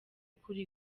kuri